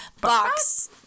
box